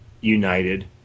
United